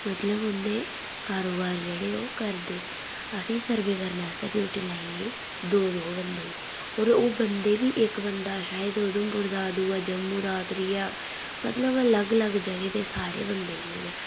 मतलब उं'दे कारोबार जेह्ड़े ऐ ओह् करदे असें सर्वे करने आस्तै ड्यूटी लाई गेई दौं दौं बंदे दी होर ओह् बंदे बी इक बंदा शायद उधमपुर दा दूआ जम्मू दा त्रीआ मतलब अलग अलग जगह् दे सारे बंदे इयां गै